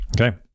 Okay